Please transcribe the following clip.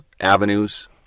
avenues